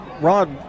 Rod